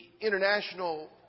International